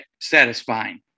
satisfying